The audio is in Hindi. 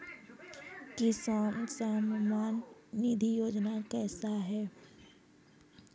किसान सम्मान निधि योजना क्या है?